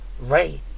Ray